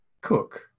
cook